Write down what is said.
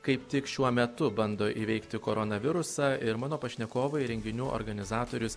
kaip tik šiuo metu bando įveikti koronavirusą ir mano pašnekovai renginių organizatorius